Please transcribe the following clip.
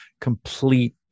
complete